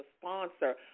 sponsor